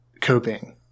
coping